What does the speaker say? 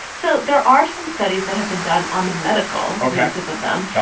so there are some studies that have been done on the medical cases of them.